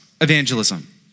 evangelism